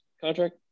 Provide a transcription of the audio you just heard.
contract